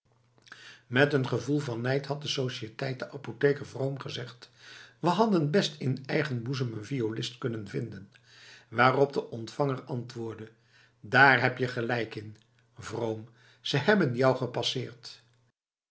met een gevoel van nijd had op de sociëteit de apotheker vroom gezegd we hadden best in eigen boezem een violist kunnen vinden waarop de ontvanger antwoordde daar heb je gelijk in vroom ze hebben jou gepasseerd